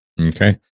Okay